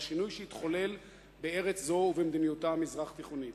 על השינוי שהתחולל בארץ זו ובמדיניותה המזרח-תיכונית.